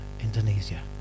indonesia